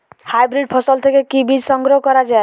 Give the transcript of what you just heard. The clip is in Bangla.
হাইব্রিড ফসল থেকে কি বীজ সংগ্রহ করা য়ায়?